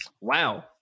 Wow